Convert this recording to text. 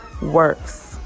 works